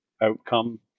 outcome